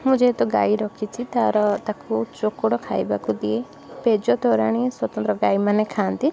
ମୁଁ ଯେହେତୁ ଗାଈ ରଖିଛି ତା'ର ତାକୁ ଚୋକଡ଼ ଖାଇବାକୁ ଦିଏ ପେଜ ତୋରାଣି ସ୍ଵତନ୍ତ୍ର ଗାଈମାନେ ଖାଆନ୍ତି